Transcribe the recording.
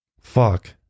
fuck